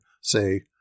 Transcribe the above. say